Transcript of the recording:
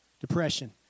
Depression